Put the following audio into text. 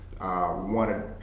Wanted